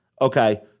Okay